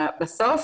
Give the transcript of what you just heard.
בסוף